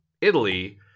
Italy